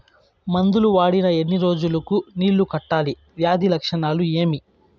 మందులు వాడిన ఎన్ని రోజులు కు నీళ్ళు కట్టాలి, వ్యాధి లక్షణాలు ఏమి?